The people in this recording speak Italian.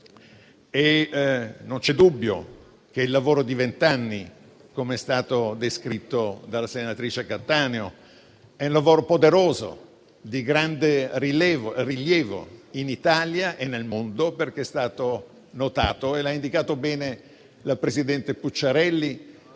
e non c'è dubbio che il lavoro di vent'anni, come è stato descritto dalla senatrice Cattaneo, è un lavoro poderoso, di grande rilievo in Italia e nel mondo. L'ha indicato bene la presidente Pucciarelli,